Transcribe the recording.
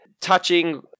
touching